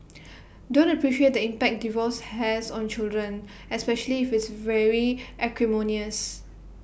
don't appreciate the impact divorce has on children especially if it's very acrimonious